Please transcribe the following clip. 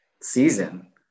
season